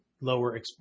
lower